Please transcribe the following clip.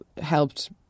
helped